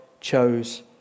chose